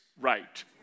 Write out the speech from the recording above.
right